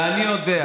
ואני יודע,